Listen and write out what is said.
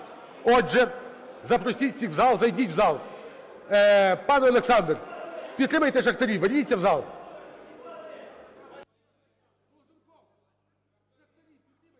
Отже, запросіть всіх в зал, зайдіть в зал. Пане Олександр, підтримайте шахтарів, верніться в зал.